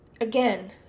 Again